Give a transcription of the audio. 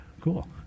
cool